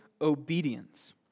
obedience